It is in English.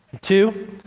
two